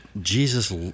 Jesus